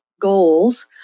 goals